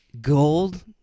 Gold